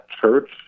Church